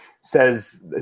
says